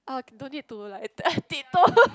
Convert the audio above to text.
uh no need to like tiptoe